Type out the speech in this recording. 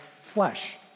flesh